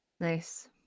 Nice